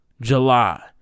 July